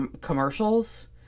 commercials